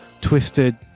twisted